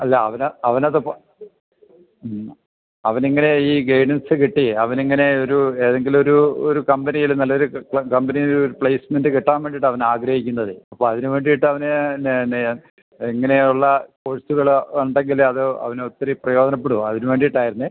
അല്ല അവന് അവന് അതിപ്പം എന്നാ അവനിങ്ങനെ ഈ ഗൈഡൻസ് കിട്ടി അവനിങ്ങനെ ഒരു ഏതെങ്കിലും ഒരു ഒരു കമ്പനിയിൽ നല്ലൊരു കമ്പനിയിൽ ഒരു പ്ലേസ്മെൻറ്റ് കിട്ടാൻ വേണ്ടിയിട്ട് അവൻ ആഗ്രഹിക്കുന്നത് അപ്പം അതിന് വേണ്ടിയിട്ട് അവൻ ഇങ്ങനെ ഉള്ള കോഴ്സുകൾ ഉണ്ടെങ്കിൽ അത് അവനൊത്തിരി പ്രയോജനപ്പെടും അതിനു വേണ്ടിയിട്ടായിരുന്നു